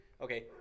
Okay